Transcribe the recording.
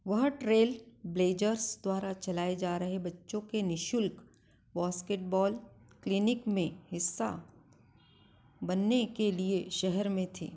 वह Trail Blazers द्वारा चलाए जा रहे बच्चों के नि शुल्क वाॅस्केटबॉल क्लिनिक में हिस्सा बनने के लिए शहर में थे